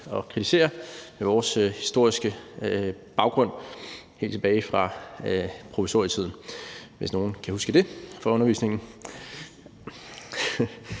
at kritisere det med vores historiske baggrund helt tilbage fra provisorietiden, hvis nogen kan huske det fra historieundervisningen.